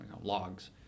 logs